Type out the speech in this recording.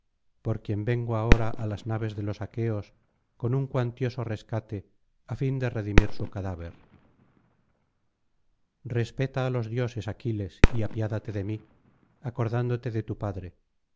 por quien vengo ahora á las naves de los aqueos con un cuantioso rescate á fin de redimir su cadáver respeta á los dioses aquiles y apiádate de mí acordándote de tu padre